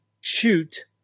shoot